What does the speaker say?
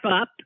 up